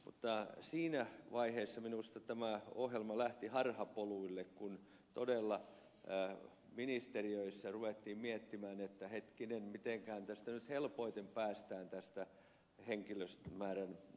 mutta siinä vaiheessa minusta tämä ohjelma lähti harhapoluille kun todella ministeriöissä ruvettiin miettimään että hetkinen mitenköhän tästä nyt helpoiten päästään tästä henkilötyövuosimäärän alentamistavoitteesta